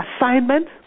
assignment